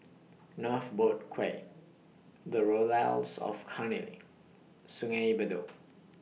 North Boat Quay The Laurels of Cairnhill Sungei Bedok